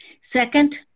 Second